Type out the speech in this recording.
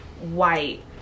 white